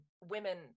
women